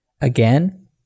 again